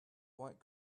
white